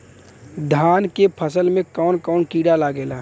धान के फसल मे कवन कवन कीड़ा लागेला?